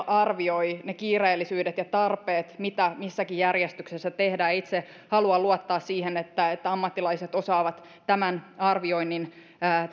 arvioi ne kiireellisyydet ja tarpeet mitä missäkin järjestyksessä tehdään itse haluan luottaa siihen että että ammattilaiset osaavat tämän arvioinnin